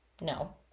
No